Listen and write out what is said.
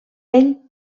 ell